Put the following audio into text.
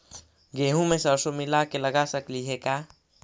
गेहूं मे सरसों मिला के लगा सकली हे का?